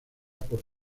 por